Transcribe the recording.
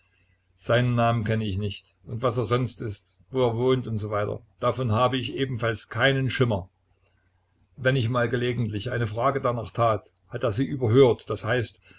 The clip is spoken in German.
seinen namen kenne ich nicht und was er sonst ist wo er wohnt usw davon habe ich ebenfalls keinen schimmer wenn ich mal gelegentlich eine frage danach tat hat er sie überhört das heißt